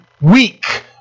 weak